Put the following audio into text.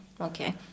Okay